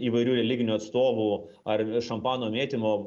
įvairių religinių atstovų ar šampano mėtymo